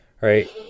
right